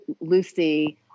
Lucy